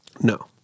No